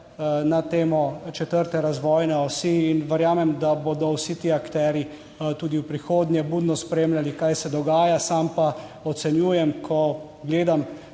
na temo četrte razvojne osi in verjamem, da bodo vsi ti akterji tudi v prihodnje budno spremljali kaj se dogaja. Sam pa ocenjujem, ko gledam